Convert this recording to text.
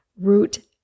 root